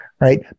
Right